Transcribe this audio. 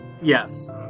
Yes